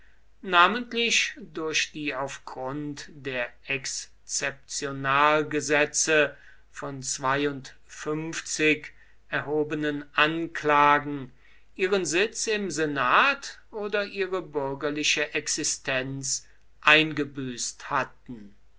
namentlich durch die auf grund der exzeptionalgesetze von erhobenen anklagen ihren sitz im senat oder ihre bürgerliche existenz eingebüßt hatten